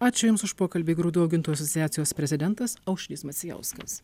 ačiū jums už pokalbį grūdų augintojų asociacijos prezidentas aušrys macijauskas